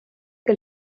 que